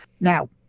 Now